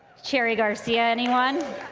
cherry garcia anyone?